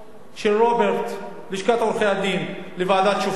של רוברט, לשכת עורכי-הדין, לוועדה לבחירת שופטים.